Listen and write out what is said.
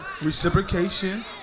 Reciprocation